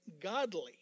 godly